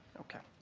okay.